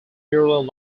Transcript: purely